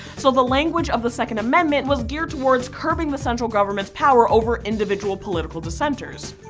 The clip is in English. so the language of the second amendment was geared towards curbing the central government's power over individual political dissenters.